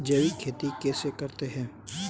जैविक खेती कैसे करते हैं?